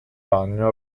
ragno